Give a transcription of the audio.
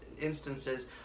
instances